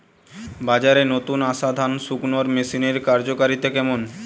বাজারে নতুন আসা ধান শুকনোর মেশিনের কার্যকারিতা কেমন?